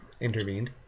intervened